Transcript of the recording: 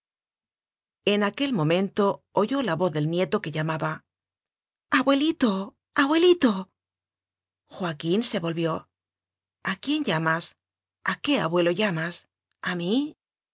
en aquel momento oyó la voz del nieto que llamaba abuelito abuelito joaquín se volvió a quién llamas a qué abuelo llamas a mí